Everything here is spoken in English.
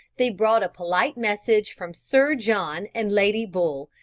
they brought a polite message from sir john and lady bull,